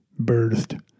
birthed